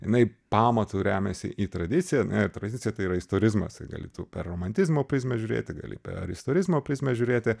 jinai pamatu remiasi į tradiciją ane ir tradicija tai yra istorizmas ir gali tu per romantizmo prizmę žiūrėti gali per istorizmo prizmę žiūrėti